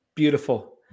beautiful